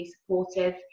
supportive